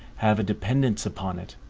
have a dependance upon it,